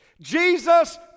Jesus